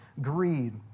Greed